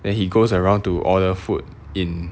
then he goes around to order food in